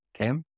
okay